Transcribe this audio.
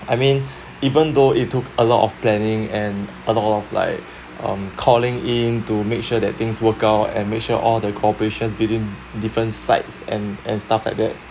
I mean even though it took a lot of planning and a lot of like um calling in to make sure that things work out and make sure all the cooperation between different sites and and stuff like that